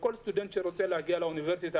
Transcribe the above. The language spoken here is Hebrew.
לאפשר מלגה לכל סטודנט שרוצה להגיע לאוניברסיטה